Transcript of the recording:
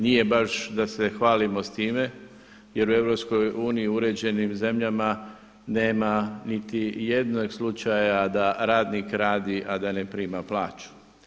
Nije baš da se hvalimo s time jer u EU i u uređenim zemljama nema niti jednog slučaja da radnik radi, a da ne prima plaću.